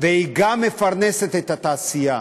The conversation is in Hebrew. והיא גם מפרנסת את התעשייה,